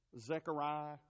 Zechariah